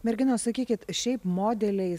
merginos sakykit šiaip modeliais